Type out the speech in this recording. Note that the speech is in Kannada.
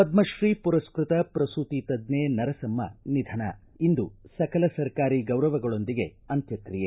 ಪದ್ಮಶ್ರೀ ಪುರಸ್ಕತ ಪ್ರಸೂತಿ ತಜ್ಜೆ ನರಸಮ್ಮ ನಿಧನ ಇಂದು ಸಕಲ ಸರ್ಕಾರಿ ಗೌರವಗಳೊಂದಿಗೆ ಅಂತ್ಯಕ್ತಿಯೆ